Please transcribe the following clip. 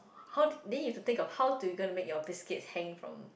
how then you have to think of how do you gonna to make your biscuits hang from